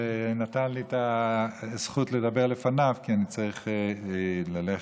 שנתן לי את הזכות לדבר לפניו כי אני צריך ללכת.